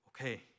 okay